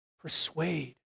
persuade